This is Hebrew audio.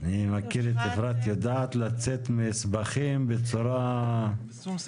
יודעת לצאת מסבך בשום שכל...